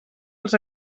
els